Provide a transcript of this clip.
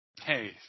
hey